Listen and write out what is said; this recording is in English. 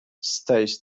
stays